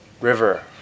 River